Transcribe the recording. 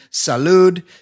Salud